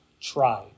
tried